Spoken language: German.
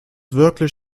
wirklich